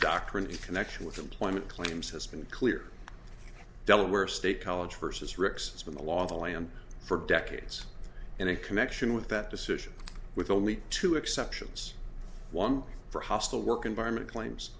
doctrine in connection with employment claims has been clear delaware state college versus ricks has been the law of the land for decades and a connection with that decision with only two exceptions one for hostile work environment claims